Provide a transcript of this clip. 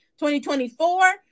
2024